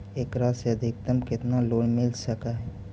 एकरा से अधिकतम केतना लोन मिल सक हइ?